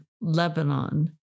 Lebanon